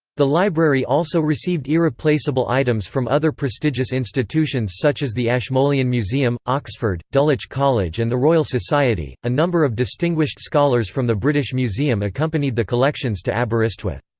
the library also received irreplaceable items from other prestigious institutions such as the ashmolean museum, oxford, dulwich college and the royal society a number of distinguished scholars from the british british museum accompanied the collections to aberystwyth.